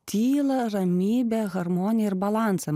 tylą ramybę harmoniją ir balansą